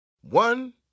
One